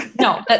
No